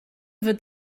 wird